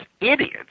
idiots